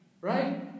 Right